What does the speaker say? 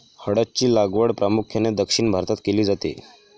हळद ची लागवड प्रामुख्याने दक्षिण भारतात केली जाते